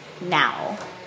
now